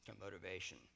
motivation